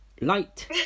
Light